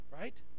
Right